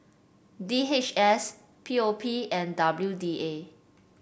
D H S P O P and W D A